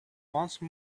once